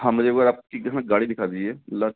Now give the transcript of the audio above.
हाँ मुझे अगर आप गाड़ी दिखा दीजिए